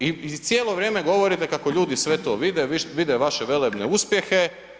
I cijelo vrijeme govorite kako ljudi sve to vide, vide vaše velebne uspjehe.